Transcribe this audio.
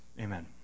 Amen